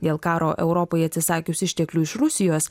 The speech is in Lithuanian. dėl karo europoj atsisakius išteklių iš rusijos